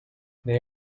they